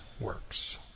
works